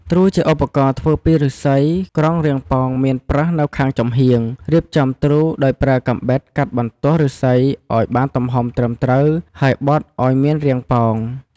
ទ្រូ ជាឧបករណ៍ធ្វើពីឫស្សី ក្រងរាងប៉ោងមានប្រឹសនៅខាងចំហៀង រៀបចំទ្រូដោយប្រើកាំបិតកាត់បន្ទោះឫស្សីឲ្យបានទំហំត្រឹមត្រូវ ហើយបត់ឲ្យមានរាងប៉ោង។